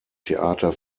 theater